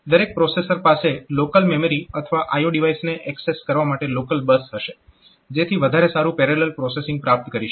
દરેક પ્રોસેસર પાસે local memory અથવા IO ડિવાઇસને એક્સેસ કરવા માટે લોકલ બસ હશે જેથી વધારે સારું પેરેલલ પ્રોસેસીંગ પ્રાપ્ત કરી શકાય